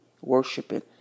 worshiping